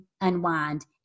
unwind